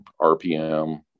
RPM